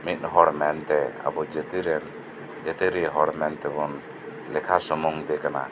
ᱢᱤᱫᱽᱦᱚᱲ ᱢᱮᱱᱛᱮ ᱟᱵᱩ ᱡᱟᱹᱛᱤ ᱨᱮᱱ ᱡᱟᱹᱛᱤᱭᱟᱹᱨᱤ ᱦᱚᱲ ᱢᱮᱱᱛᱮᱵᱩᱱ ᱞᱮᱠᱷᱟ ᱥᱩᱢᱩᱝ ᱫᱤ ᱠᱟᱱᱟ